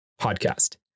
podcast